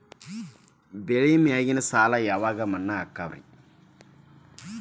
ಬೆಳಿ ಮ್ಯಾಗಿನ ಸಾಲ ಯಾಕ ಮನ್ನಾ ಮಾಡ್ತಾರ?